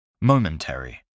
Momentary